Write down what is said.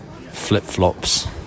flip-flops